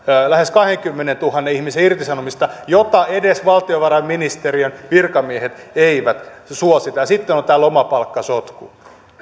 lähes kahdenkymmenentuhannen ihmisen irtisanomista jota edes valtiovarainministeriön virkamiehet eivät suosita ja sitten on on tämä lomapalkkasotku